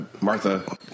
Martha